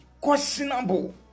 questionable